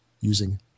using